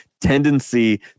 tendency